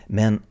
men